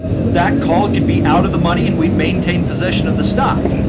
that call it could be out of the money and we'd maintain possession of the stock.